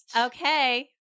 Okay